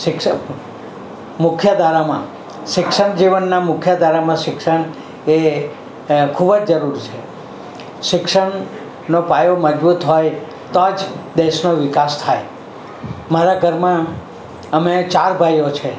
શિક્ષક મુખ્ય ધારામાં શિક્ષણ છે જીવનના મુખ્ય ધારામાં શિક્ષણ એ ખૂબ જ જરૂર છે શિક્ષણનો પાયો મજબૂત હોય તો જ દેશનો વિકાસ થાય મારા ઘરમાં અમે ચાર ભાઈઓ છે